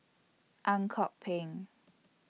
Ang Kok Peng